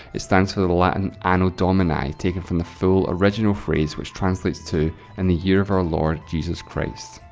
it stands for the the latin anno domini, taken from the full original phrase, which translates to in and the year of our lord jesus christ.